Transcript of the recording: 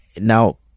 Now